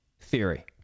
theory